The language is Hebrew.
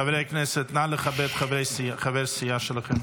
חברי הכנסת, נא לכבד חברת סיעה שלכם.